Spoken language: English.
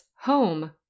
home